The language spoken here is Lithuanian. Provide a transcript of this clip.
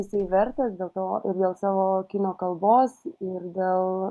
jisai vertas dėl to ir dėl savo kino kalbos ir gal